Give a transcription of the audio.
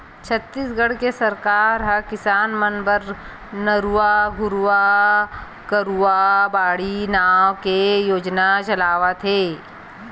छत्तीसगढ़ के सरकार ह किसान मन बर नरूवा, गरूवा, घुरूवा, बाड़ी नांव के योजना चलावत हे